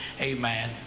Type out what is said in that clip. Amen